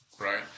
Right